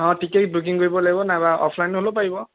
অ' ticket booking কৰিব লাগিব নাইবা অফলাইন ল'লেও পাৰিব